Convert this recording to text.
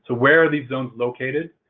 ah where are these zones located?